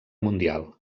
mundial